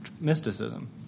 mysticism